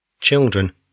Children